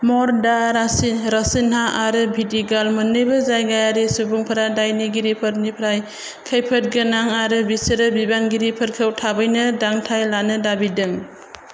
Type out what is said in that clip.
मर दा राचि रचिनहा आरो भिदिगाल मोन्नैबो जायगायारि सुबुंफोरा दायनिगिरिफोरनिफ्राय खैफोदगोनां आरो बिसोरो बिबानगिरिफोरखौ थाबैनो दांथाय लानो दाबिदों